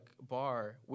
bar